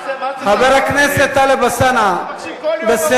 מה נעשה, חבר הכנסת טלב אלסאנע, בסדר.